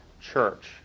church